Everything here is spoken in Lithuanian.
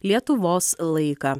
lietuvos laiką